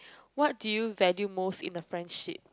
what do you value most in the friendship